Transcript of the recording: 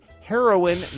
heroin